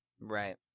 right